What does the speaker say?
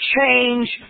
change